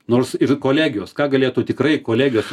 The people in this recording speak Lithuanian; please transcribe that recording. nors ir kolegijos ką galėtų tikrai kolegijos